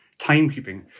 timekeeping